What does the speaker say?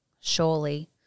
Surely